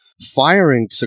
firing